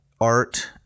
art